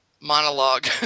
monologue